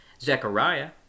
Zechariah